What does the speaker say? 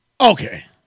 Okay